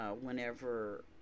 whenever